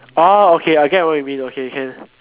ah okay I get what you mean okay can